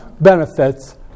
benefits